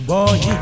Boy